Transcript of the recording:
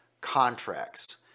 contracts